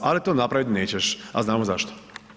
Ali to napraviti nećeš a znamo zašto.